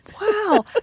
Wow